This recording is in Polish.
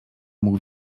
mógł